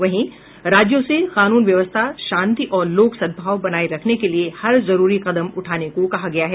वहीं राज्यों से कानून व्यवस्था शांति और लोक सद्भाव बनाये रखने के लिए हर जरूरी कदम उठाने को कहा गया है